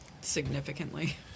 significantly